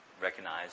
recognize